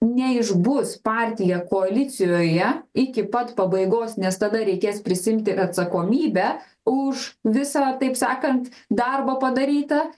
neišbus partija koalicijoje iki pat pabaigos nes tada reikės prisiimti ir atsakomybę už visą taip sakant darbą padarytą